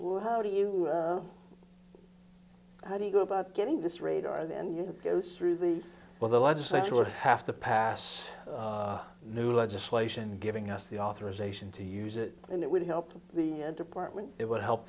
well how do you how do you go about getting this radar then you go through the well the legislature would have to pass new legislation giving us the authorization to use it and it would help the department it would help